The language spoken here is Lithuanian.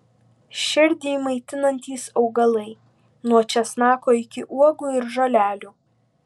širdį maitinantys augalai nuo česnako iki uogų ir žolelių